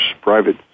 private